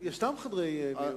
חדרי מיון.